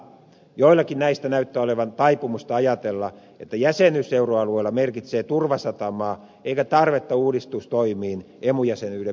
joillakin näistä näyttää olleen taipumusta ajatella että jäsenyys euroalueella merkitsee turvasatamaa eikä tarvetta uudistustoimiin emu jäsenyyden myötä enää ole